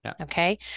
Okay